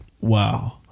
Wow